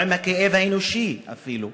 או עם הכאב האנושי אפילו,